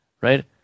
right